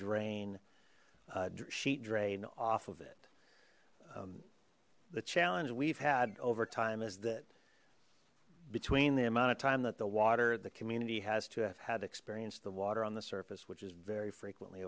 drain sheet drain off of it the challenge we've had over time is that between the amount of time that the water the community has to have had experienced the water on the surface which is very frequently